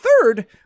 third